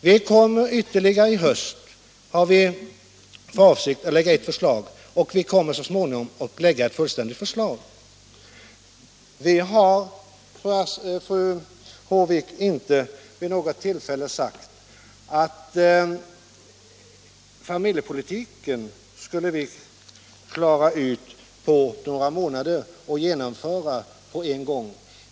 Vi har för avsikt att i höst lägga fram ytterligare ett förslag och så småningom ett fullständigt förslag. Vi har inte, fru Håvik, vid något tillfälle sagt att vi skulle kunna klara familjepolitiken på några månader och genomföra den på en gång.